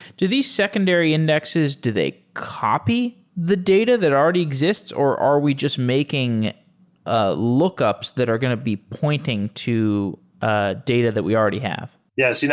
do these secondary indexes, do they copy the data that already exists or are we just making ah lookups that are going to be pointing to a data that we already have? yes. you know